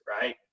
right